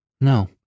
No